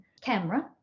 camera